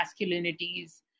Masculinities